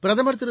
பிரதம் திரு